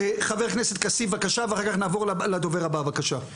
חבר הכנסת כסיף, ואחר כך נעבור לדובר הבא, בבקשה.